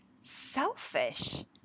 selfish